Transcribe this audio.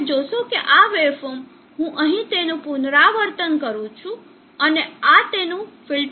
તમે જોશો કે આ વેવફોર્મ હું અહીં તેનું પુનરાવર્તન કરું છું અને આ તેનું ફિલ્ટર કરેલું આઉટપુટ છે